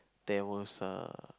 there was err